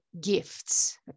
gifts